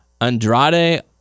Andrade